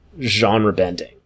genre-bending